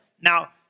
Now